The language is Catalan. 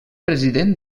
president